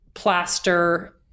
plaster